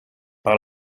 par